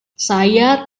saya